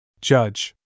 Judge